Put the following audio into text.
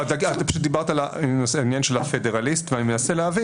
את פשוט דיברת על העניין של ה"פדרליסט" ואני מנסה להבין.